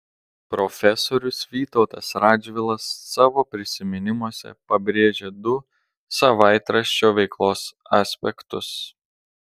profesorius vytautas radžvilas savo prisiminimuose pabrėžia du savaitraščio veiklos aspektus